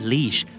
Leash